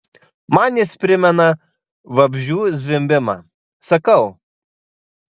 man jis primena vabzdžių zvimbimą sakau